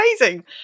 amazing